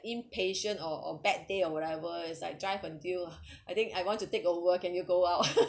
impatient or or bad day or whatever it's like I drive until ah I think I want to take a world can you go out